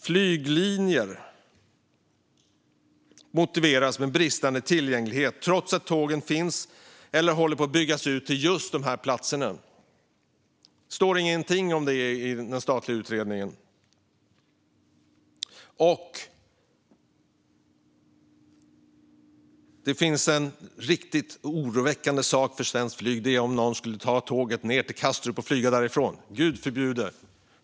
Flyglinjer motiveras med bristande tillgänglighet, trots att tågen finns eller att spår håller på att byggas ut till just berörda platser. Det står ingenting om detta i den statliga utredningen. Det finns därtill något riktigt oroväckande för svenskt flyg: att någon tar tåget ned till Kastrup och flyger därifrån. Gud förbjude!